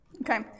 Okay